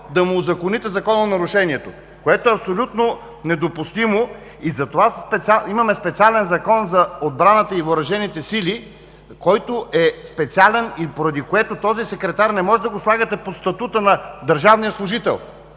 да му узаконите закононарушението, което е абсолютно недопустимо. Затова имаме специален Закон за отбраната и въоръжените сили, който е специален, поради което този секретар не може да го слагате под статута на държавния служител.